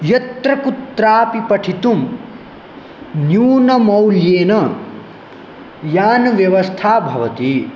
यत्र कुत्रापि पठितुं न्यूनमौल्येन यानव्यवस्था भवति